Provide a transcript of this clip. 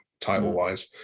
title-wise